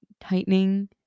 tightening